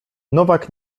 nowak